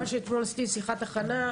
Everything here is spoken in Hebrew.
מכיוון שאתמול עשיתי שיחת הכנה,